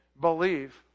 believe